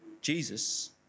Jesus